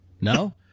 no